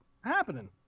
happening